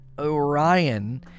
Orion